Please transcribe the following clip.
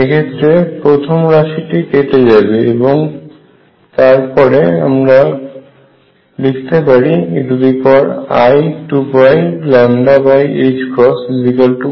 এক্ষেত্রে প্রথম রাশিটি কেটে যাবে এবং তারপরে আমরা লিখতে পারি ei2πλ 1